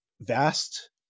vast